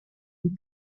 une